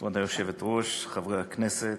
כבוד היושבת-ראש, חברי הכנסת,